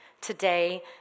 today